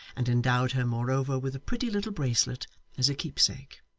and endowed her moreover with a pretty little bracelet as a keepsake.